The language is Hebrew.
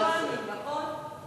הומניים, נכון?